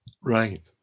Right